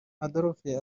adolphe